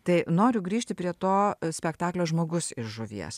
tai noriu grįžti prie to spektaklio žmogus iš žuvies